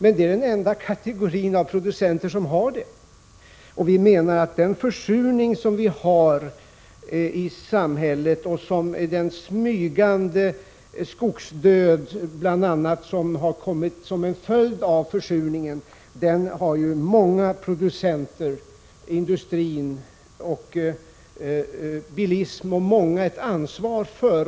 Men det är som sagt den enda kategori producenter som har en sådan avgift. Försurningen och den smygande skogsdöd som kommit som en följd av försurningen har många producenter, industrin och bilismen ett ansvar för.